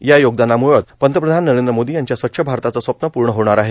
या योगदानामुळेच पंतप्रधान नरेंद्र मोदी यांच्या स्वच्छ भारताचे स्वप्न पूर्ण होणार आहे